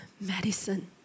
medicine